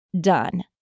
done